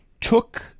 took